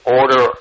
order